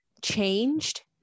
changed